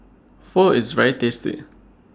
Pho IS very tasty